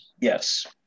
Yes